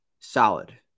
Solid